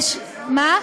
מה?